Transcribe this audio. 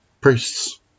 priests